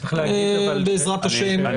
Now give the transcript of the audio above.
בעזרת השם.